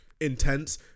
Intense